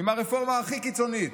עם הרפורמה הכי קיצונית,